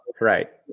Right